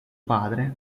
padre